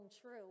true